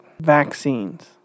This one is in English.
Vaccines